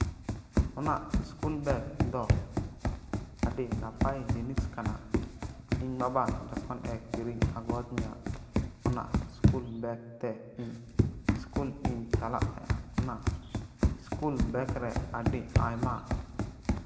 ᱚᱱᱟ school bag ᱫᱚ ᱟᱹᱰᱤ ᱱᱟᱯᱟᱭ ᱡᱤᱱᱤᱥ ᱠᱟᱱᱟ ᱤᱧ ᱵᱟᱵᱟ ᱡᱚᱠᱷᱚᱱᱮ ᱠᱤᱨᱤᱧ ᱟᱹᱜᱩ ᱟᱹᱫᱤᱧᱟ ᱟᱢᱟᱜ ᱤᱥᱠᱩᱞ ᱵᱮᱜᱽ ᱛᱮ ᱤᱧ ᱤᱥᱠᱩᱞᱤᱧ ᱪᱟᱞᱟᱜ ᱛᱟᱦᱮᱸᱫᱼᱟ ᱚᱱᱟ ᱤᱥᱠᱩᱞ ᱵᱮᱜᱽ ᱨᱮ ᱟᱹᱰᱤ ᱟᱭᱢᱟ